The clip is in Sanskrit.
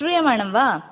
श्रूयमाणं वा